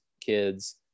kids